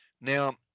Now